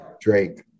Drake